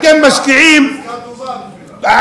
אתם משקיעים, זו עסקה טובה בשבילם.